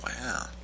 Wow